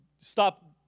stop